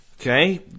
Okay